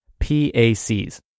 PACs